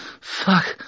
Fuck